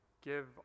give